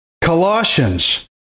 Colossians